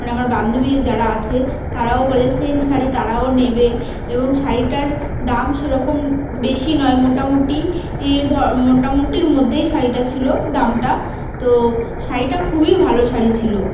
মানে আমার বান্ধবী যারা আছে তারাও বলে সেম শাড়ি তারাও নেবে এবং শাড়িটার দাম সেরকম বেশি নয় মোটামুটি ই ধ মোটামুটির মধ্যেই শাড়িটা ছিলো দামটা তো শাড়িটা খুবই ভালো শাড়ি ছিলো